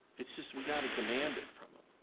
it's just, we gotta demand it from them.